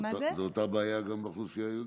זאת אותה בעיה גם באוכלוסייה היהודית.